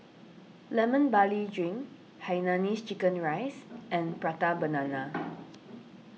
Lemon Barley Drink Hainanese Chicken Rice and Prata Banana